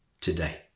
today